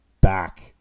back